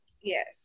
Yes